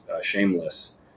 Shameless